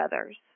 others